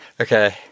okay